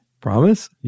Promise